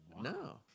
No